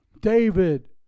David